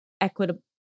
equitable